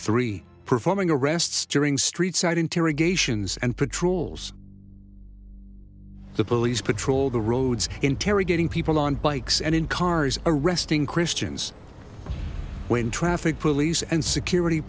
three performing arrests during streetside interrogations and patrols the police patrol the roads interrogating people on bikes and in cars arresting christians when traffic police and security